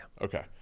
Okay